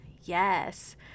Yes